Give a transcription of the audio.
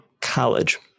college